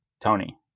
Tony